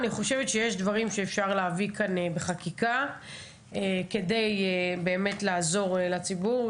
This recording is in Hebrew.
אני חושבת שיש דברים שאפשר להביא אותם בחקיקה כדי באמת לעזור לציבור,